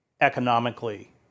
Economically